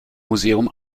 museum